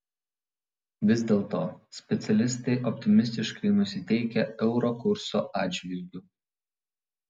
vis dėlto specialistai optimistiškai nusiteikę euro kurso atžvilgiu